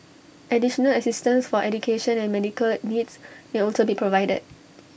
additional assistance for education and medical needs may also be provided